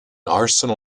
arsenal